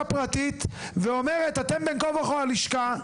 פרטית ואומרת אתם בין כה וכה הלשכה,